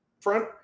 front